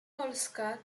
polska